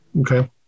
Okay